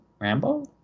Rambo